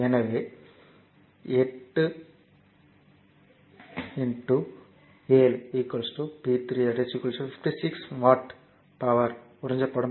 எனவே 8 7 P 3 56 watt power உறிஞ்சப்படும்